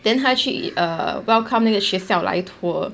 then 他去 err welcome 那个学校来 tour